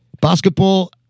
basketball